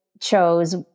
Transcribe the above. chose